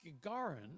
Gagarin